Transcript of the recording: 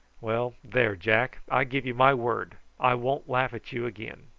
well, there, jack i give you my word i won't laugh at you again.